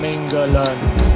England